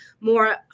more